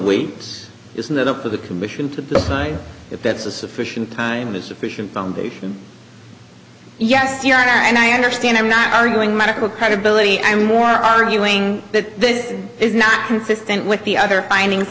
weeps isn't it up to the commission to decide if that's a sufficient time is sufficient foundation yes you are and i understand i'm not arguing medical credibility i'm more arguing that this is not consistent with the other findings